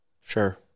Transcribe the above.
Sure